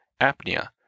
apnea